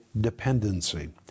dependency